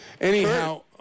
Anyhow